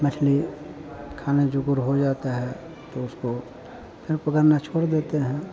मछली खाने जुगुर हो जाता है तो उसको फिर पकड़ना छोड़ देते हैं